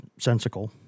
sensical